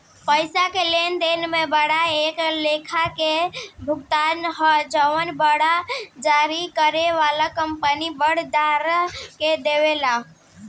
पईसा के लेनदेन में बांड एक लेखा के सबूत ह जवन बांड जारी करे वाला कंपनी बांड धारक के देवेला